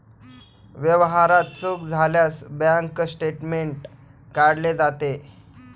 व्यवहारात चूक झाल्यास बँक स्टेटमेंट काढले जाते